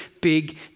big